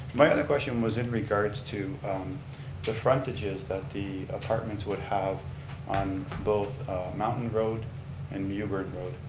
my other question was in regards to the frontages that the apartments would have on both mountain road and mewburn road.